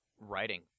writing